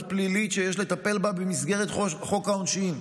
פלילית שיש לטפל בה במסגרת חוק העונשין.